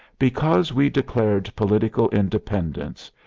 because we declared political independence,